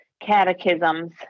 catechisms